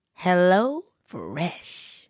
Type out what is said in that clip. HelloFresh